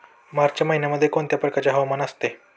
मार्च महिन्यामध्ये कोणत्या प्रकारचे हवामान असते?